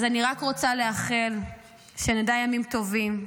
אז אני רק רוצה לאחל שנדע ימים טובים,